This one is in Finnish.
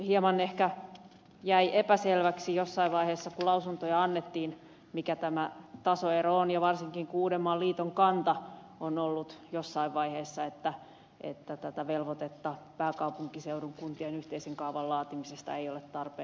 hieman ehkä jäi epäselväksi jossain vaiheessa kun lausuntoja annettiin mikä tämä tasoero on ja varsinkin kun uudenmaan liiton kanta on ollut jossain vaiheessa että tämä velvoite pääkaupunkiseudun kuntien yhteisen kaavan laatimisesta ei ole tarpeen